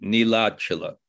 Nilachala